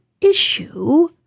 issue